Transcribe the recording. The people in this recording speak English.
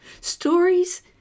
stories